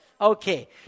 Okay